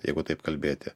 jeigu taip kalbėti